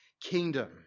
kingdom